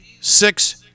six